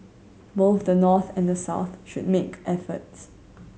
both the North and the South should make efforts